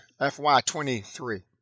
FY23